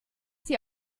sie